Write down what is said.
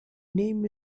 name